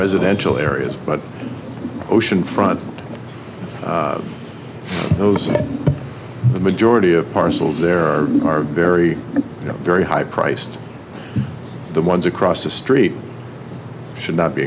residential areas but oceanfront those in the majority of parcels there are very very high priced the ones across the street should